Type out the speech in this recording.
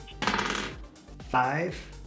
Five